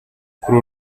kuri